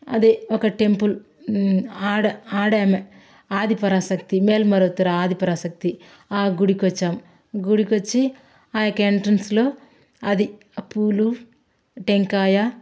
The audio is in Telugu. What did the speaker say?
అది ఒక టెంపుల్ ఆడ ఆడ మా ఆదిపరాశక్తి మేలుమర ఆదిపరాశక్తి ఆ గుడికి వచ్చాం గుడికి వచ్చి ఆ యొక్క ఎంట్రన్స్లో అది పూలు టెంకాయ